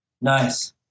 Nice